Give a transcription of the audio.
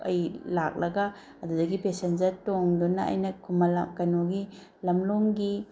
ꯑꯩ ꯂꯥꯛꯂꯒ ꯑꯗꯨꯗꯒꯤ ꯄꯦꯁꯦꯟꯖꯔ ꯇꯣꯡꯗꯨꯅ ꯑꯩꯅ ꯈꯨꯃꯟ ꯂꯝ ꯀꯩꯅꯣꯒꯤ ꯂꯝꯂꯣꯡꯒꯤ